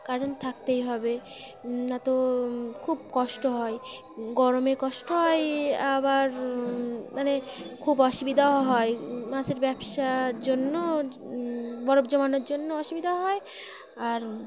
current থাকতেই হবে না তো খুব কষ্ট হয় গরমে কষ্ট হয় আবার মানে খুব অসুবিধাও হয় মাছের ব্যবসার জন্য বরফ জমানোর জন্য অসুবিধাও হয় আর